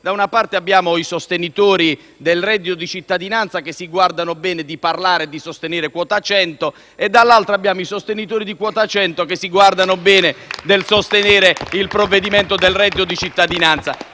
da una parte abbiamo i sostenitori del reddito di cittadinanza che si guardano bene dal parlare e dal sostenere quota 100, e dall'altra abbiamo i sostenitori di quota 100 che si guardano bene dal sostenere il reddito cittadinanza.